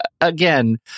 again